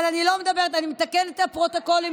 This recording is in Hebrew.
אבל אני מתקנת לפרוטוקול,